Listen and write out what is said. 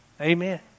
Amen